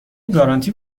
گارانتی